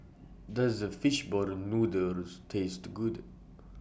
Does The Fish Ball Noodles Taste Good